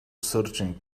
searching